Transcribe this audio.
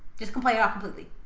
just can play it off completely.